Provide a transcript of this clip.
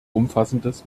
umfassendes